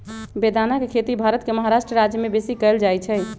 बेदाना के खेती भारत के महाराष्ट्र राज्यमें बेशी कएल जाइ छइ